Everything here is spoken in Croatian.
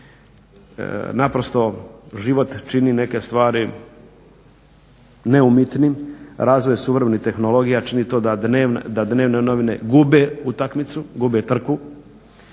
Naprosto život čini neke stvari neumitnim, razvoj suvremenih tehnologija čini to da dnevne novine gube utakmicu, gube trku.